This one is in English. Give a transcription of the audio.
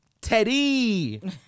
Teddy